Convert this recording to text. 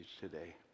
today